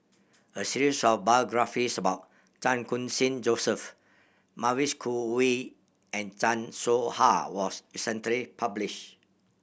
a series of biographies about Chan Khun Sing Joseph Mavis Khoo Oei and Chan Soh Ha was recently published